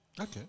Okay